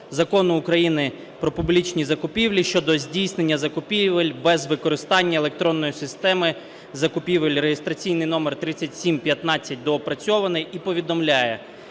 Закону України "Про публічні закупівлі" щодо здійснення закупівель без використання електронної системи закупівель (реєстраційний номер 3715) (доопрацьований) і повідомляє: